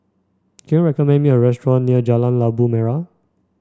can you recommend me a restaurant near Jalan Labu Merah